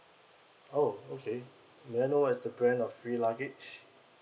oh okay may I know what's the brand of free luggage